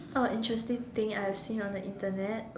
oh interesting thing I have seen on the Internet